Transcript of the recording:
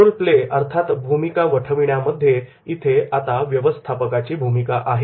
role प्लेमध्ये आता इथे व्यवस्थापकाची भूमिका आहे